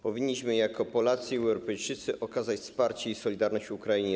Powinniśmy jako Polacy i Europejczycy okazać wsparcie i solidarność Ukrainie.